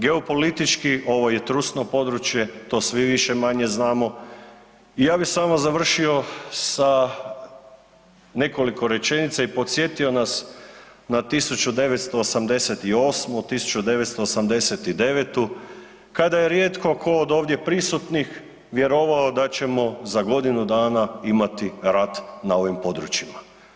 Geopolitički, ovo je trusno područje, to svi više-manje znamo, ja bi samo završio sa nekoliko rečenica i podsjetio nas na 1988., 1989., kada je rijetko tko od ovdje prisutnih vjerovao da ćemo za godinu dana imati rat na ovim područjima.